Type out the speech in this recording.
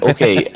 Okay